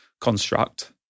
construct